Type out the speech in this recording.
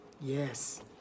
Yes